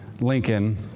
Lincoln